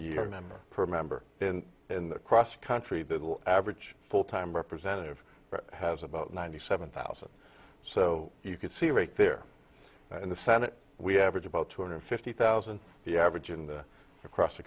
year member per member in the cross country the average full time representative has about ninety seven thousand so you can see right there in the senate we average about two hundred fifty thousand the average in the across the